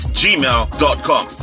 gmail.com